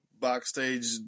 backstage